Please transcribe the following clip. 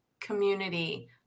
community